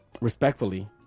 respectfully